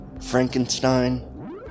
Frankenstein